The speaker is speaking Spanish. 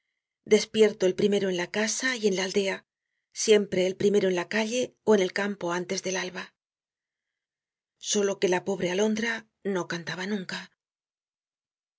despierto el primero en la casa y en la aldea siempre el primero en la calle ó en el campo antes del alba solo que la pobre alondra no cantaba nunca